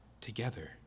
together